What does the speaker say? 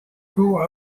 grew